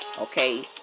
okay